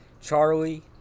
Charlie